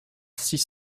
six